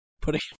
putting